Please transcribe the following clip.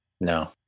No